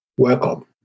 welcome